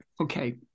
Okay